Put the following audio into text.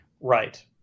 Right